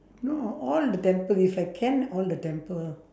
no all the temple if I can all the temple